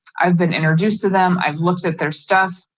i've been introduced to them. i've looked at their stuff.